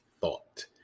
Thought